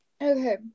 Okay